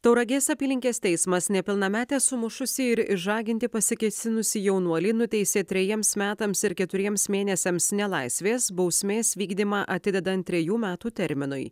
tauragės apylinkės teismas nepilnametę sumušusį ir išžaginti pasikėsinusį jaunuolį nuteisė trejiems metams ir keturiems mėnesiams nelaisvės bausmės vykdymą atidedant trejų metų terminui